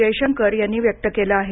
जयशंकर यांनी व्यक्त केलं आहे